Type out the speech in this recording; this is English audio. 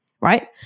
right